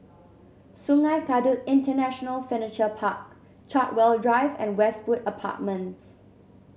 Sungei Kadut International Furniture Park Chartwell Drive and Westwood Apartments